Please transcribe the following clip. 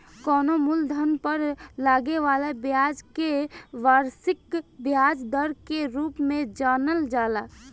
कवनो मूलधन पर लागे वाला ब्याज के वार्षिक ब्याज दर के रूप में जानल जाला